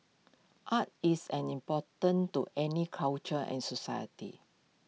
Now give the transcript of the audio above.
art is an important to any culture and society